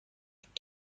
چقدر